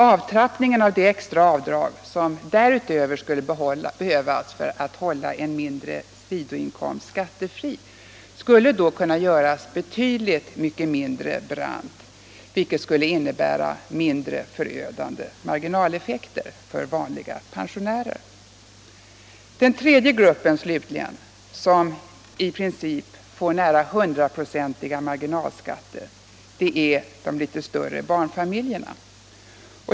Avtrappningen av det extra avdrag som därutöver skulle behövas för att hålla en mindre sidoinkomst skattefri kunde då göras mycket mindre brant, vilket skulle medföra minre förödande marginaleffekter för vanliga pensionärer. Den tredje gruppen som i praktiken får nära hundraprocentiga marginalskatter är de litet större barnfamiljerna.